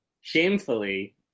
shamefully